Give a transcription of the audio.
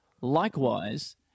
Likewise